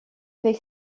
avec